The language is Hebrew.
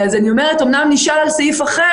אז אני אומרת: הוא אמנם נשען על סעיף אחר,